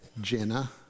Jenna